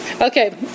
Okay